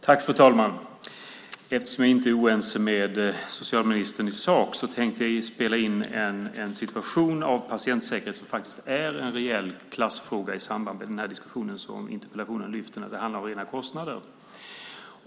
Fru talman! Eftersom jag inte är oense med socialministern i sak tänkte jag spela in en situation av patientsäkerheten som faktiskt är en reell klassfråga i samband med diskussionen som interpellationen lyfter upp när det handlar om rena kostnader.